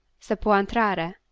se puo entrare?